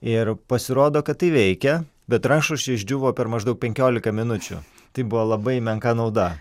ir pasirodo kad tai veikia bet rankšluosčiai išdžiūvo per maždaug penkiolika minučių tai buvo labai menka nauda